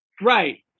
Right